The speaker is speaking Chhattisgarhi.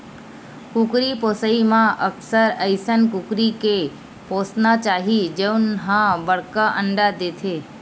कुकरी पोसइ म अक्सर अइसन कुकरी के पोसना चाही जउन ह बड़का अंडा देथे